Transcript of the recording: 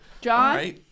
John